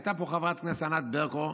הייתה פה חברת הכנסת ענת ברקו.